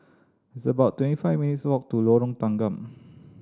it's about twenty five minutes' walk to Lorong Tanggam